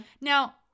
Now